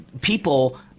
people